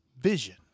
vision